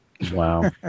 Wow